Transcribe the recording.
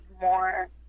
more